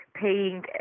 paying